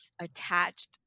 attached